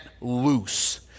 loose